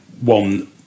one